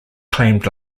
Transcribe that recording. claimed